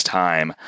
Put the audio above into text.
time